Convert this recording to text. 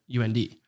UND